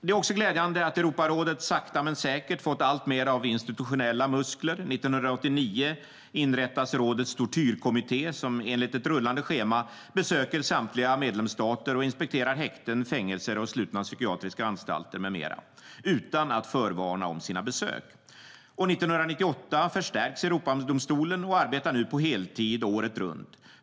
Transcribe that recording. Det är också glädjande att Europarådet sakta men säkert fått alltmer av institutionella muskler. År 1989 inrättas rådets tortyrkommitté, som enligt ett rullande schema besöker samtliga medlemsstater och inspekterar häkten, fängelser och slutna psykiatriska anstalter med mera utan att förvarna om sina besök. År 1998 förstärktes Europadomstolen och arbetar nu på heltid året runt.